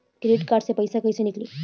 Credit card से पईसा केइसे निकली?